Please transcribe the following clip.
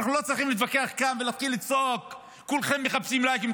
ואנחנו לא צריכים להתווכח כאן ולהתחיל לצעוק: כולכם מחפשים לייקים,